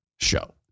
show